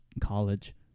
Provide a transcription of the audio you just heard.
college